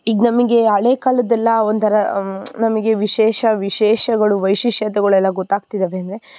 ಈಗ ನಮಗೆ ಹಳೇ ಕಾಲದ್ದೆಲ್ಲ ಒಂಥರ ನಮಗೆ ವಿಶೇಷ ವಿಶೇಷಗಳು ವೈಶಿಷ್ಟ್ಯತೆಗಳೆಲ್ಲ ಗೊತಾಗ್ತಿದಾವೆ ಅಂದರೆ